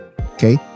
Okay